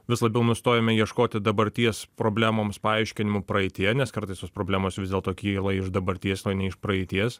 vis labiau nustojome ieškoti dabarties problemoms paaiškinimų praeityje nes kartais tos problemos vis dėlto kyla iš dabarties o ne iš praeities